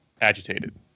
agitated